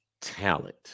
Talent